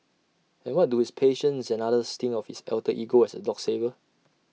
and what do his patients and others think of his alter ego as A dog saver